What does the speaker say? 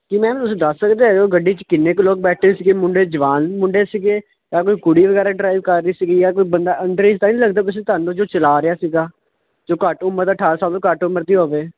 ਕੀ ma'am ਤੁਸੀਂ ਦੱਸ ਸਕਦੇ ਹੋ ਗੱਡੀ 'ਚ ਕਿੰਨੇ ਕ ਲੋਕ ਬੈਠੇ ਸੀਗੇ ਮੁੰਡੇ ਜਵਾਨ ਮੁੰਡੇ ਸੀਗੇ ਜਾਂ ਕੋਈ ਕੁੜੀ ਵਗੈਰਾ ਡਰਾਈਵ ਕਰ ਰਹੀ ਸੀਗੀ ਜਾਂ ਕੋਈ ਬੰਦਾ ਅੰਡਰ ਏਜ ਤਾਂ ਨਹੀਂ ਲੱਗਦਾ ਕਿਸੇ ਤੁਹਾਨੂੰ ਜੋ ਚਲਾ ਰਿਹਾ ਸੀਗਾ ਜੋ ਘੱਟ ਉਮਰ ਦਾ ਅਠਾਰਾਂ ਸਾਲ ਤੋਂ ਘੱਟ ਉਮਰ ਦੀ ਹੋਵੇ